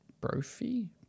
Brophy